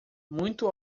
muito